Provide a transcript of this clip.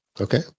Okay